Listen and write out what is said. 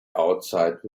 outside